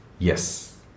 Yes